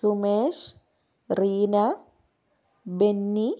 Sumesh Reena Benny